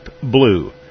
Blue